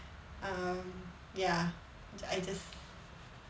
um ya I just